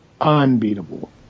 unbeatable